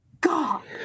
God